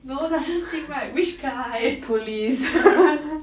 no doesn't seem right which guy